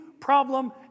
Problem